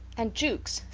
and jukes,